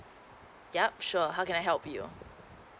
yup sure how can I help you